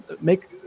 make